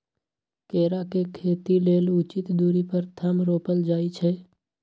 केरा के खेती लेल उचित दुरी पर थम रोपल जाइ छै